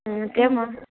त्यो पनि हो